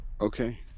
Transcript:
okay